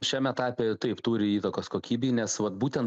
šiam etape taip turi įtakos kokybei nes vat būtent